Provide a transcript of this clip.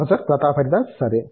professor Pratap Haridas సరే